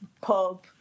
pub